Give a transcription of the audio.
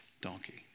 donkey